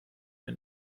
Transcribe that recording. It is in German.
der